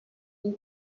une